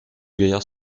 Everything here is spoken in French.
gaillards